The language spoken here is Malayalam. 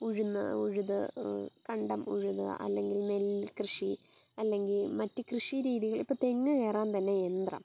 ഉഴുന്ന് ഉഴുത് കണ്ടം ഉഴുത് അല്ലെങ്കിൽ നെൽകൃഷി അല്ലെങ്കിൽ മറ്റ് കൃഷി രീതികൾ ഇപ്പം തെങ്ങ് കയറാൻ തന്നെ യന്ത്രം